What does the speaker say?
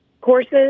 courses